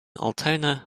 altona